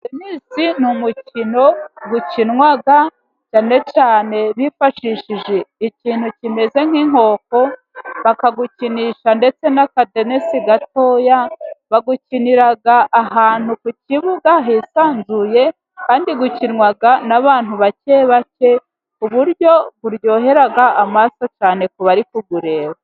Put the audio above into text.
Tenisi ni umukino ukinwa, cyane cyane bifashishije ikintu kimeze nk'inkoko, bakawukinisha ndetse n'akadenesi gatoya, bawukinira ahantu ku kibuga hisanzuye, kandi ukinwa n'abantu bake bake, kuburyo uryohera amaso cyane ku bari kuwureba.